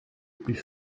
plus